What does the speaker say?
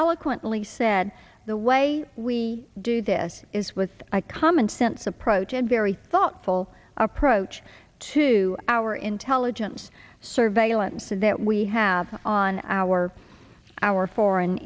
eloquently said the way we do this is with a common sense approach and very thoughtful approach to our intelligence surveillance and that we have on our our foreign